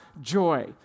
joy